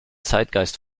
zeitgeist